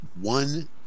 one